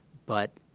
but